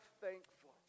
thankful